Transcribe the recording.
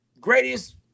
Greatest